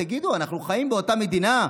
תגידו, אנחנו חיים באותה מדינה?